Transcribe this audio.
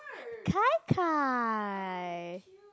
kai kai